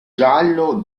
giallo